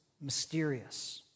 mysterious